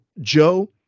Joe